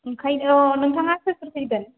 ओंखायनो नोंथाङा सोर सोर फैगोन